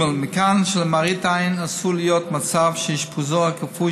מכאן שלמראית עין עשוי להיות מצב שאשפוזו הכפוי